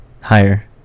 higher